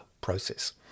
process